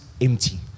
empty